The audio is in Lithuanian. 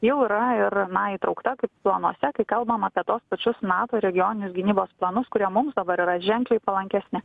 jau yra ir na įtraukta kaip planuose kai kalbam apie tuos pačius nato regioninius gynybos planus kurie mums dabar yra ženkliai palankesni